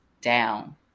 down